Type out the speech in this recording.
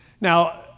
Now